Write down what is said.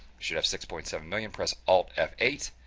should have six point seven million press alt f eight